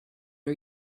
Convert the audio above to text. are